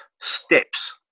steps